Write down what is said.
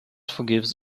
forgives